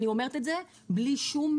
אני אומרת את זה בלי שום